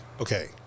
okay